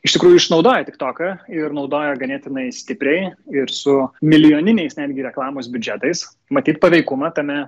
iš tikrųjų išnaudoja tik toką ir naudoja ganėtinai stipriai ir su milijoniniais netgi reklamos biudžetais matyt paveikumą tame